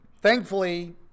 thankfully